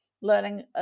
learning